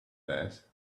that